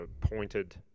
pointed